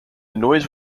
noise